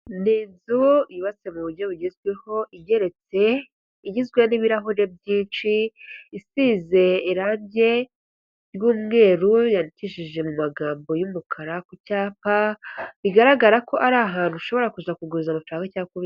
Ni inzu yubatse mu buryo bugezweho, igeretse, igizwe n'ibirahure byinshi, isize irangi ry'umweru, yandikishije mu magambo y'umukara ku cyapa, bigaragara ko ari ahantu ushobora kuza kuguza amafaranga cyangwa kubitsa.